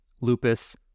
lupus